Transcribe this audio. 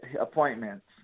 appointments